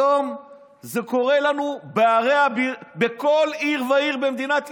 היום זה קורה לנו בכל עיר ועיר במדינת ישראל,